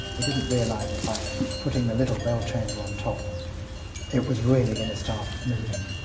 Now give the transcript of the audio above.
they didn't realize that by putting the little bell chamber on top it was really going to start moving.